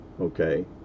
okay